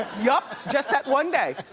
yup, just that one day,